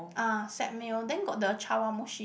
ah set meal and then got the chawanmushi